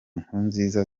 nkurunziza